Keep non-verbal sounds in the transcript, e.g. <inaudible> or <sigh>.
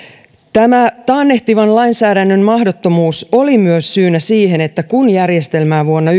tämä taannehtivan lainsäädännön mahdottomuus oli myös syynä siihen että kun järjestelmää vuonna <unintelligible>